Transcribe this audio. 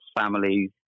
families